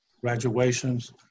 graduations